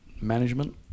management